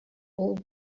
old